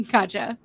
Gotcha